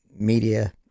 media